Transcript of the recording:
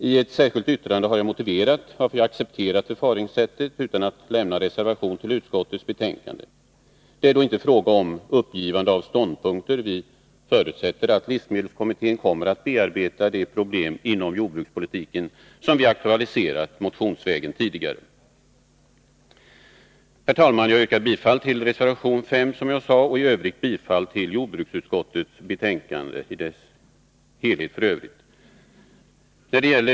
I ett särskilt yttrande har jag motiverat varför jag har accepterat förfaringssättet utan att lämna reservation till utskottets betänkande. Det är inte fråga om något uppgivande av ståndpunkter. Vi förutsätter att livsmedelskommittén kommer att bearbeta de problem inom jordbrukspolitiken som vi tidigare har aktualiserat motionsvägen. Herr talman! Jag yrkar bifall till reservation 5, som jag tidigare sade, och i Övrigt till jordbruksutskottets hemställan i dess helhet.